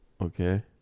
Okay